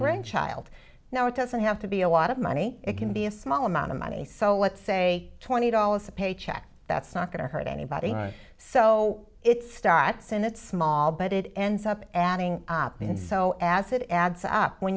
grandchild now it doesn't have to be a lot of money it can be a small amount of money so let's say twenty dollars a paycheck that's not going to hurt anybody so it's stocks and it's small but it ends up adding up and so as it adds up when